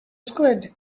squid